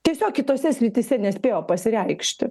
tiesiog kitose srityse nespėjo pasireikšti